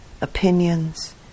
opinions